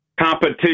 competition